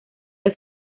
que